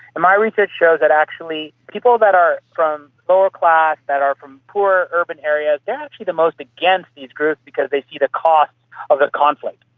and my research shows that actually people that are from lower class, that are from poorer urban areas, they are actually the most against these groups because they see the costs of the conflict.